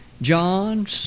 John